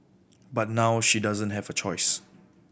but now she doesn't have a choice